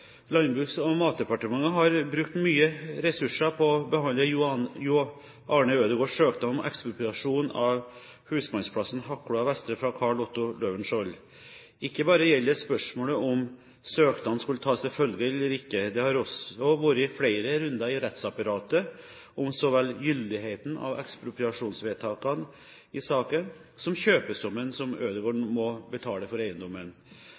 Landbruks- og matdepartementet har brukt mye ressurser på å behandle Jo Arne Ødegårds søknad om ekspropriasjon av husmannsplassen Vestre Hakkloa fra Carl Otto Løvenskiold. Ikke bare gjelder det spørsmålet om søknaden skulle tas til følge eller ikke, det har også vært flere runder i rettsapparatet om så vel gyldigheten av ekspropriasjonsvedtakene i saken som kjøpesummen som Ødegård må betale for eiendommen.